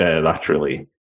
laterally